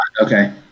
Okay